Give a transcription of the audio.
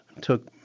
took